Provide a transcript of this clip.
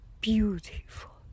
Beautiful